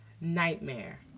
nightmare